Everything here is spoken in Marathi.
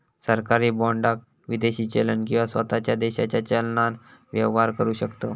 सरकारी बाँडाक विदेशी चलन किंवा स्वताच्या देशाच्या चलनान व्यवहार करु शकतव